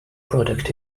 product